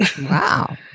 Wow